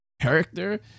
character